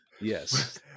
Yes